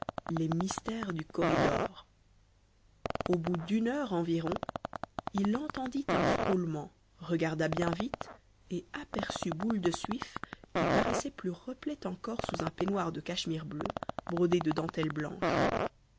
les mystères du corridor au bout d'une heure environ il entendit un frôlement regarda bien vite et aperçut boule de suif qui paraissait plus replète encore sous un peignoir de cachemire bleu brodé de dentelles blanches